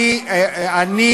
אתה לא צריך את החוק הזה.